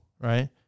right